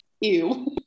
Ew